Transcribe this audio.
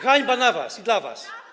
Hańba na was i dla was.